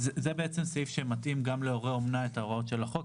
זה בעצם סעיף שמתאים גם להורי אומנה את הוראות החוק,